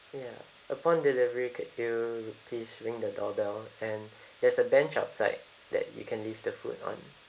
ya upon delivery could you please ring the doorbell and there's a bench outside that you can leave the food on